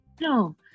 No